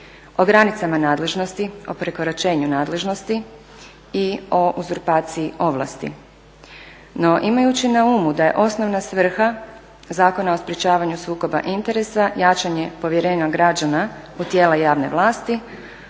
o granicama nadležnosti, o prekoračenju nadležnosti i o uzurpaciji ovlasti. No, imajući na umu da je osnovna svrha Zakona o sprječavanju sukoba interesa jačanje povjerenja građana u tijela javne vlasti